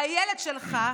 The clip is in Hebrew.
והילד שלך,